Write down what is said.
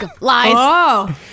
Lies